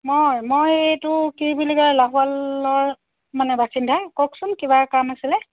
মই মই এইটো কি বুলি কয় লাহোৱালৰ মানে বাসিন্দা কওকচোন কিবা কাম আছিলে